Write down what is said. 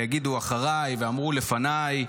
ויגידו אחריי ואמרו לפניי,